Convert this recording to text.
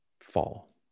fall